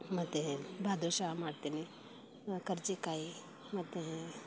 ಮತ್ತು ಬಾದುಷಾ ಮಾಡ್ತೀನಿ ಕರ್ಜಿಕಾಯಿ ಮತ್ತು